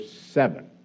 seven